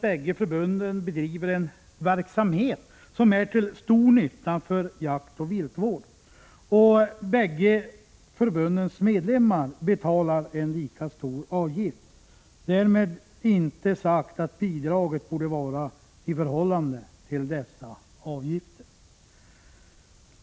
Bägge förbunden bedriver ju en verksamhet som är till stor nytta för jaktoch viltvård, och bägge förbundens medlemmar betalar en lika stor avgift. Därmed är inte sagt att bidraget borde utgå i förhållande till dessa avgifter.